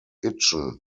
itchen